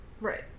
Right